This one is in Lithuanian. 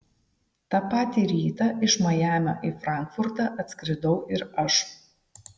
tą patį rytą iš majamio į frankfurtą atskridau ir aš